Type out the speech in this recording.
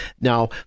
Now